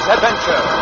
adventure